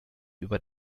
über